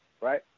right